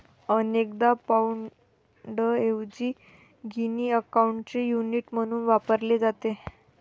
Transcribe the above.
अनेकदा पाउंडऐवजी गिनी अकाउंटचे युनिट म्हणून वापरले जाते